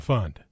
Fund